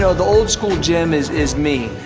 so the old school gym is is me.